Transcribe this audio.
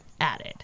added